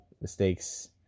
mistakes